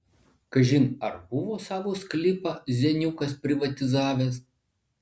kažin ar buvo savo sklypą zeniukas privatizavęs